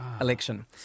election